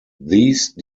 these